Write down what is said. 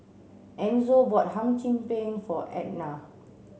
Enzo bought Hum Chim Peng for Etna